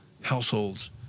households